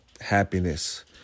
happiness